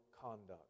conduct